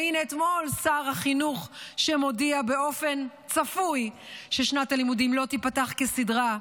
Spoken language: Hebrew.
והינה אתמול שר החינוך מודיע באופן צפוי ששנת הלימודים לא תיפתח כסדרה,